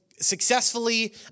successfully